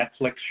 Netflix